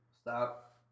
Stop